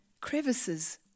crevices